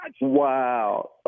Wow